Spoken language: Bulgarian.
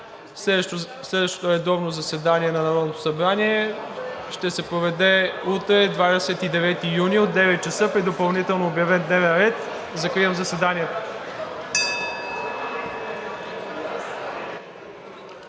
следващото редовно заседание на Народното събрание ще се проведе утре, 29 юни, от 9,00 ч. при допълнително обявен дневен ред. Закривам заседанието.